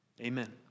Amen